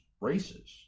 races